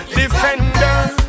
defenders